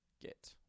get